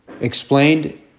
Explained